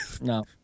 No